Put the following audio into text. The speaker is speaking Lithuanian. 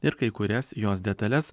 ir kai kurias jos detales